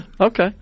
Okay